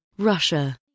Russia